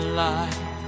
life